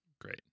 Great